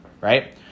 right